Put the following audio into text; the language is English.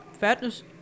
Fatness